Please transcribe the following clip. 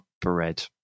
bread